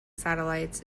satellites